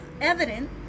evident